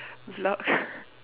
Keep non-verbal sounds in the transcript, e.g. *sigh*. block *laughs*